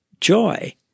joy